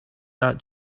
that